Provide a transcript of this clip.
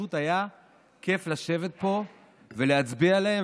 שפשוט היה כיף לשבת פה ולהצביע עליהם,